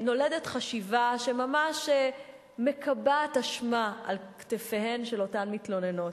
נולדת חשיבה שממש מקבעת אשמה על כתפיהן של אותן מתלוננות.